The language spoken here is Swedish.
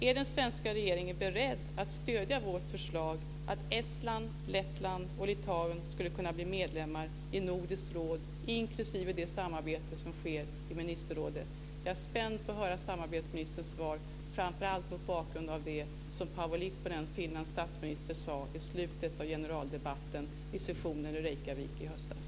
Är den svenska regeringen beredd att stödja vårt förslag att Estland, Lettland och Litauen skulle kunna bli medlemmar i Nordiska rådet, inklusive det samarbete som sker i ministerrådet? Jag är spänd på att höra samarbetsministerns svar, framför allt mot bakgrund av det som Paavo Lipponen, Finlands statsminister, sade i slutet av generaldebatten vid sessionen i Reykjavik i höstas.